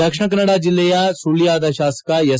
ದಕ್ಷಿಣ ಕನ್ನಡ ಜಿಲ್ಲೆಯಲ್ಲಿ ಸುಳ್ಳದ ಶಾಸಕ ಎಸ್